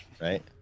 right